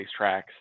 racetracks